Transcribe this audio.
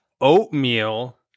oatmeal